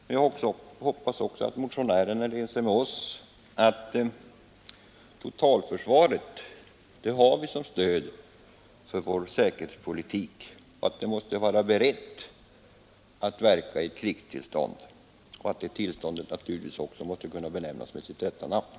Men jag hoppas också att motionären är ense med oss om att totalförsvaret är ett stöd för vår säkerhetspolitik och måste vara berett att verka i krigstillstånd, ett tillstånd som naturligtvis också måste kunnas benämnas med sitt rätta namn.